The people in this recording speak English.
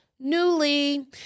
Newly